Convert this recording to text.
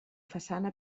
façana